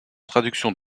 traduction